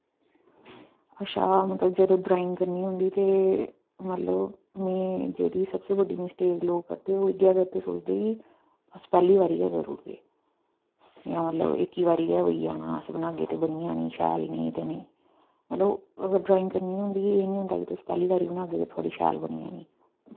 अच्छा मतलब जदूं ड्राइंग करनी होंदी ते मतलब में जेह्ड़ी सबसे बड्डी मिस्टेक लोग करदे ते ओह् इयै करदे सोचदे कि अस पैह्ली बारी गै करुड़गे यां मतलब इक्की बारी गै होई जाना अस बनागे ते बनी जानी शैल नेईं तो नेईं मतलब अगर ड्राइंग करनी होंदी एह् निं होंदा कि तुस पैह्ली बारी बनागे ते थोआड़ी शैल बनी जानी